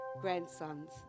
grandsons